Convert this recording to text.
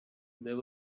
there